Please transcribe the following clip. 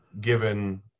given